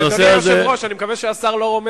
הלוואי שירד גשם.